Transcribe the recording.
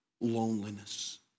loneliness